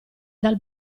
dal